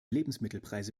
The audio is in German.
lebensmittelpreise